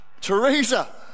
Teresa